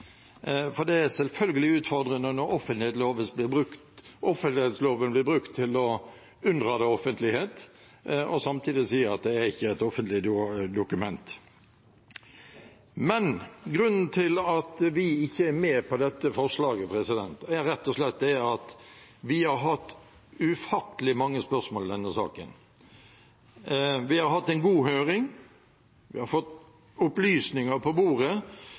For det er selvfølgelig utfordrende når offentlighetsloven blir brukt til å unndra det offentlighet og samtidig si at det ikke er et offentlig dokument. Grunnen til at vi ikke er med på dette forslaget, er rett og slett at vi har hatt ufattelig mange spørsmål i denne saken. Vi har hatt en god høring og fått opplysninger på bordet